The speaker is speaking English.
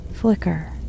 flicker